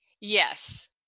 Yes